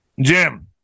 jim